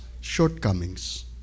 shortcomings